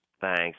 Thanks